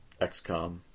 XCOM